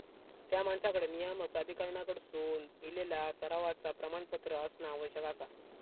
त्या माणसाकडे नियामक प्राधिकरणाकडसून इलेला सरावाचा प्रमाणपत्र असणा आवश्यक आसा